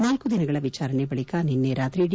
ನಾಲ್ತು ದಿನಗಳ ವಿಚಾರಣೆ ಬಳಿಕ ನಿನ್ನೆ ರಾತ್ರಿ ಡಿ